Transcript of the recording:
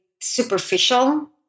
superficial